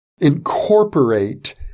incorporate